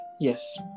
yes